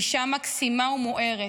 אישה מקסימה ומוארת.